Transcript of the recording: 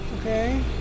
Okay